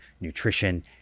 nutrition